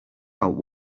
out